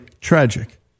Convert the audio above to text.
tragic